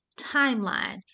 timeline